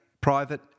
private